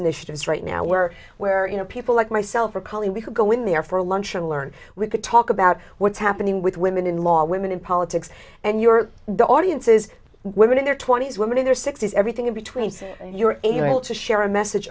initiatives right now where where you know people like myself or callie we could go in there for lunch and learn we could talk about what's happening with women in law women in politics and you're the audience is women in their twenty's women in their sixty's everything in between and you're able to share a message